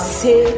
say